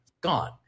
gone